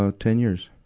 ah ten years.